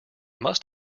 must